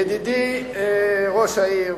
ידידי ראש העיר,